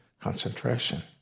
concentration